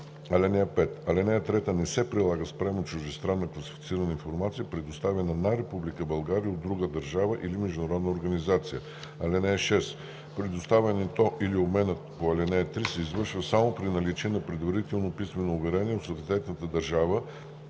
(5) Алинея 3 не се прилага спрямо чуждестранна класифицирана информация, предоставена на Република България от друга държава или международна организация. (6) Предоставянето или обменът по ал. 3 се извършва само при наличие на предварително писмено уверение от съответната държава